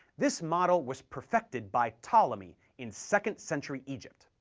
this model was perfected by ptolemy in second century egypt.